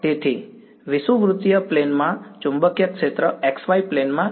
તેથી વિષુવવૃત્તીય પ્લેન માં ચુંબકીય ક્ષેત્ર x y પ્લેન માં છે